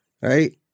right